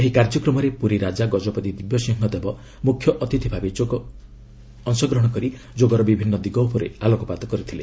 ଏହି କାର୍ଯ୍ୟକ୍ରମରେ ପ୍ରରୀ ରାଜା ଗଜପତି ଦିବ୍ୟସିଂହ ଦେବ ମୁଖ୍ୟ ଅତିଥି ଭାବେ ଅଂଶଗ୍ରହଣ କରି ଯୋଗର ବିଭିନ୍ନ ଦିଗ ଉପରେ ଆଲୋକପାତ କରିଥିଲେ